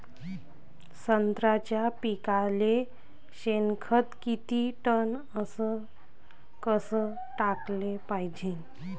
संत्र्याच्या पिकाले शेनखत किती टन अस कस टाकाले पायजे?